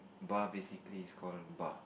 bar basically is call bar